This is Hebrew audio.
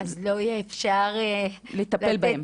אז לא יהיה אפשר לטפל בהם?